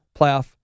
playoff